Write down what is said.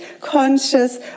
conscious